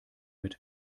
mit